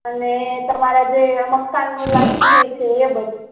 અને તમારા જે મકાનનું લાઈટ બીલ છે એ બધું